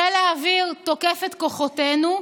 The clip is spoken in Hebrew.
חיל האוויר תוקף את כוחותינו,